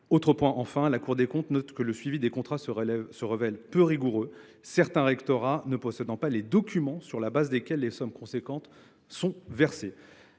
dernier point : la Cour des comptes note que le suivi des contrats se révèle peu rigoureux, certains rectorats ne possédant même pas les documents sur la base desquels les sommes, pourtant importantes, sont versées.